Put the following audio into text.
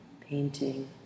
painting